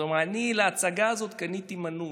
אז הוא אמר, אני להצגה הזאת קניתי מינוי.